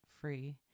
free